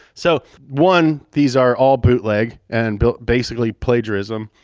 so one, these are all bootleg and built, basically plagiarism,